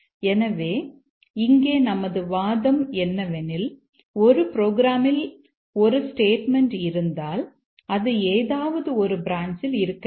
எனவே இங்கே நமது வாதம் என்னவெனில் ஒரு புரோகிராமில் ஒரு ஸ்டேட்மெண்ட் இருந்தால் அது ஏதாவது ஒரு பிரான்ச்யில் இருக்க வேண்டும்